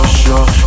sure